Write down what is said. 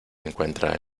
encuentra